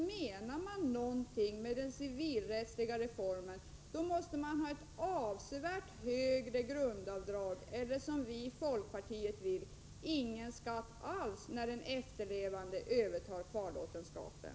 Menar man någonting med den civilrättsliga familjereformen måste man införa ett avsevärt högre grundavdrag eller också, som vi i folkpartiet vill, införa fullständig skattefrihet när den efterlevande övertar kvarlåtenskapen.